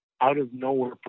out-of-nowhere